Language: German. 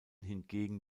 hingegen